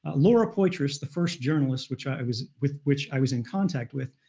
ah laura poitras, the first journalist which i was, with which i was in contact with,